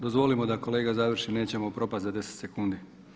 Dozvolimo da kolega završi, nećemo propasti za 10 sekundi.